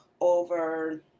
over